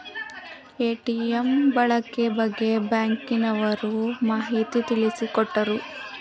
ATM ಬಳಕೆ ಬಗ್ಗೆ ಬ್ಯಾಂಕಿನವರು ಮಾಹಿತಿ ತಿಳಿಸಿಕೊಟ್ಟರು